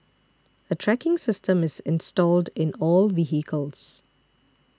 a tracking system is installed in all vehicles